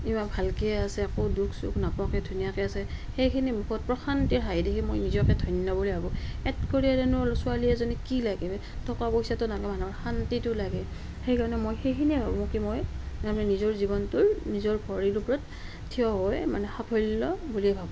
কিবা ভালকৈ আছে একো দুখ চুখ নোপোৱাকৈ ধুনীয়াকৈ আছে সেইখিনি মুখত প্ৰশান্তিৰ হাঁহি দেখি মই নিজকে ধন্য বুলি ভাবোঁ ইয়াত কৰি আৰুনো ছোৱালীজনীক কি লাগে টকা পইচাটো নালাগে মানুহৰ শান্তিটো লাগে সেইকাৰণে মই সেইখিনিয়ে ভাবোঁ কি মই তাৰমানে নিজৰ জীৱনটোৰ নিজৰ ভৰিৰ ওপৰত থিয় হৈ মানে সাফল্য বুলি ভাবোঁ